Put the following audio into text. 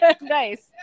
Nice